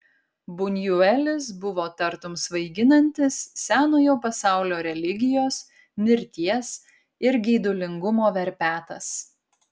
bunjuelis buvo tartum svaiginantis senojo pasaulio religijos mirties ir geidulingumo verpetas